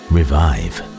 Revive